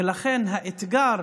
ולכן האתגר